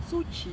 so cheap